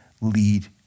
lead